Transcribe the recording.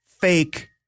fake